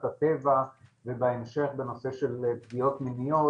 הטבע ובהמשך בנושא של פגיעות מיניות,